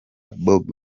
bobi